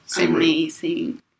Amazing